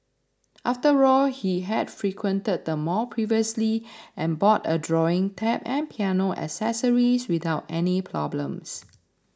after all he had frequented the mall previously and bought a drawing tab and piano accessories without any problems